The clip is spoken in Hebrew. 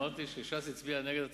אמרתי שש"ס הצביעה נגד התקציב.